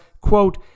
quote